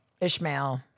Ishmael